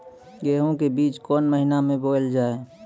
गेहूँ के बीच कोन महीन मे बोएल जाए?